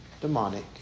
demonic